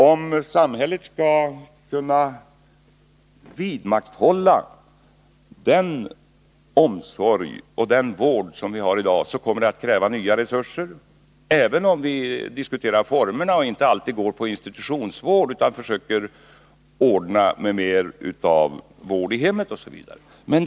Om samhället skall kunna vidmakthålla den omsorg och den vård som vi i dag har, kommer det att krävas nya resurser. Det gäller även om vi diskuterar vårdformerna och inte alltid går in för institutionsvård utan försöker ordna med t.ex. mer vård i hemmet.